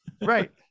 Right